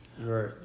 Right